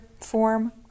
form